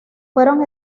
fueron